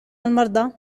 المرضى